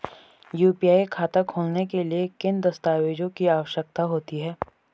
UPI खाता खोलने के लिए किन दस्तावेज़ों की आवश्यकता होती है?